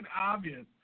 obvious